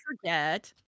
forget